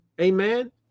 Amen